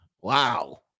Wow